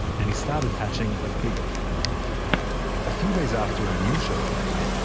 and he started hatching a bigger plan a few days after a new show opened,